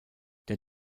der